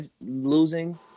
losing